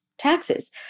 taxes